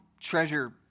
treasure